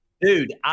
dude